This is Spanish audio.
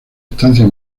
estancias